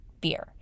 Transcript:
beer